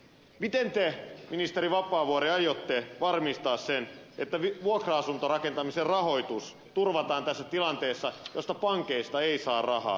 miten te ministeri vapaavuori aiotte varmistaa sen että vuokra asuntorakentamisen rahoitus turvataan tässä tilanteessa jossa pankeista ei saa rahaa